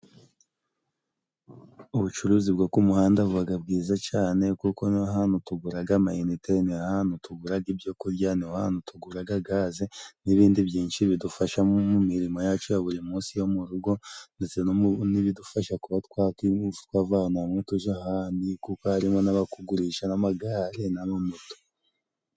Ubucuruzi bwo ku muhanda bubaga bwiza cane kuko ni ho hantu tuguraga amayinite, ni ho hantu tuguraga ibyo kurya, ni ho hantu tuguraga gaze n'ibindi byinshi bidufasha mu mirimo yacu ya buri munsi yo mu rugo, ndetse n'ibidufasha kuba twava ahantu hamwe tuja ahandi kuko harimo n'abagurisha amagare n'amamoto.